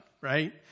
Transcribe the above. right